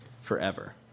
forever